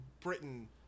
Britain